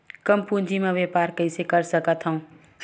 कम पूंजी म व्यापार कइसे कर सकत हव?